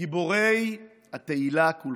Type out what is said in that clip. גיבורי התהילה כולכם,